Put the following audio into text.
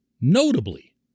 notably